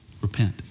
Repent